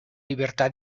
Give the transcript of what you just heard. libertà